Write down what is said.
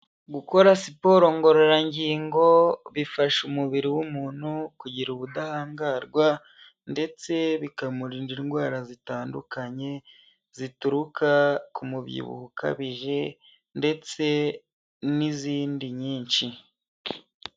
Gukora siporo ngorora ngingo bifasha umubiri w'umuntu kugira ubudahangarwa, ndetse bikamurinda indwara zitandukanye zituruka ku mubyibuho ukabije ndetse n'izindi nyinshi.